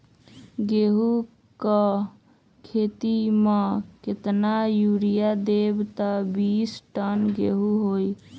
गेंहू क खेती म केतना यूरिया देब त बिस टन गेहूं होई?